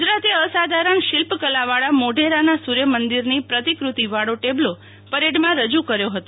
ગુજરાતે અસાધારણ શિલ્પકલાવાળા મોઢેરાના સૂર્યમંદિરની પ્રતિકૃતિવાળો ટેબ્લો પરેડમાં રજૂ કર્યો હતો